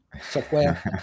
software